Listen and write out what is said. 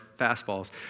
fastballs